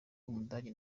w’umudage